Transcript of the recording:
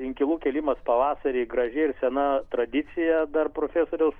inkilų kėlimas pavasarį graži ir sena tradicija dar profesoriaus